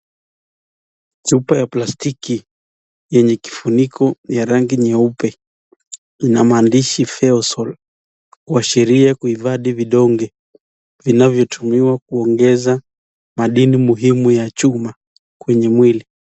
Chupa ya plastiki yenye kifuniko ya rangi nyeupe, ina maandishi Feosol kashiria kuhifadhi vidonge vinavyotumiwa kuongeza mdini muhimu ya chuma kwenye mwili.